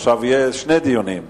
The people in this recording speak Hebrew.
עכשיו יהיו שני דיונים,